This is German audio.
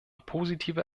positive